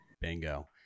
Bingo